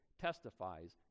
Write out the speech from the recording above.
testifies